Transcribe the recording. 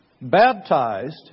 baptized